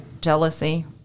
jealousy